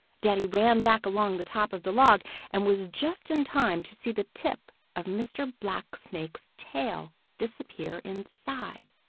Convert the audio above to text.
danny ran back along the top of the log and was just in time to see the tip of mr. blacksnake's tail disappear inside.